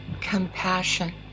compassion